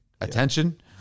attention